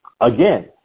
again